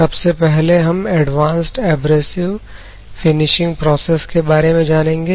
सबसे पहले हम एडवांस्ड एब्रेसिव फिनिशिंग प्रोसेस के बारे में जानेंगे